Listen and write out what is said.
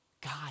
God